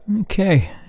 Okay